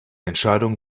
entscheidung